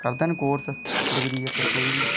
करदे न course degree कोई बी